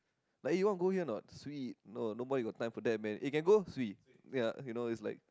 like eh you wanna go here or not sweet no nobody got time for that man eh can go swee yeah okay you know it's like